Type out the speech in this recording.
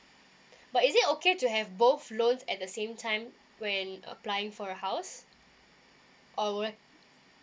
but is it okay to have both loan at the same time when applying for a house or would I